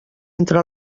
entre